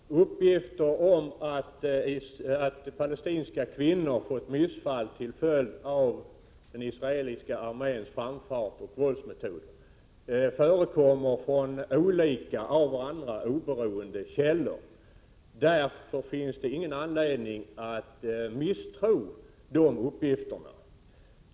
Herr talman! Uppgifter om att palestinska kvinnor har fått missfall till följd av den israeliska arméns framfart och våldsmetoder kommer från olika av varandra oberoende källor. Därför finns det ingen anledning att misstro de uppgifterna.